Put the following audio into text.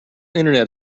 internet